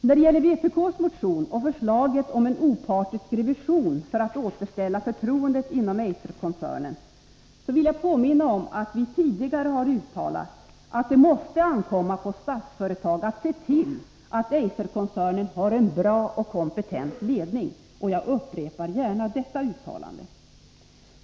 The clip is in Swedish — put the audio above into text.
Då det gäller vpk:s motion om en opartisk revision för att återställa förtroendet inom Eiserkoncernen, vill jag påminna om att vi tidigare har uttalat att det måste ankomma på Statsföretag att se till att Eiserkoncernen har en bra och kompetent ledning. Jag upprepar gärna detta uttalande.